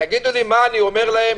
מה אני אומר להם?